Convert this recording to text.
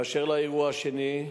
אשר לאירוע השני,